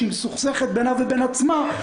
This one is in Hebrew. שמסוכסכת בינה לבין עצמה,